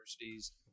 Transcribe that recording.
universities